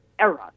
era